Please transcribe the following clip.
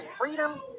freedom